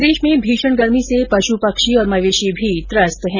प्रदेश में भीषण गर्मी से पशु पक्षी और मवेशी भी त्रस्त हैं